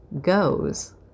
goes